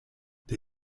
der